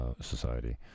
society